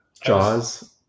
jaws